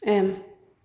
M